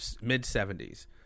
mid-70s